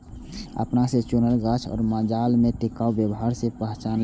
अपना से चुनल गाछ आ मालजाल में टिकाऊ व्यवहार से पहचानै छै